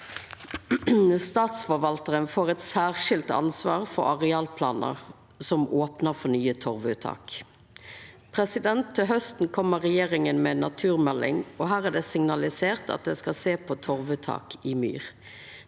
Statsforvaltarane får eit særskilt ansvar for arealplanar som opnar for nye torvuttak. Til hausten kjem regjeringa med ei naturmelding, og her er det signalisert at ein skal sjå på torvuttak i myr.